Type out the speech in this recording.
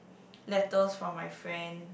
letters from my friend